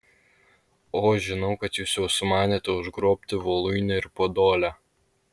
o žinau kad jūs jau sumanėte užgrobti voluinę ir podolę